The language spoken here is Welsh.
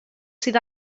sydd